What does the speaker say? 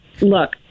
Look